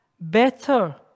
better